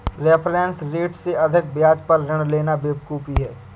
reference rate से अधिक ब्याज पर ऋण लेना बेवकूफी है